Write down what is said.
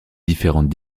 différentes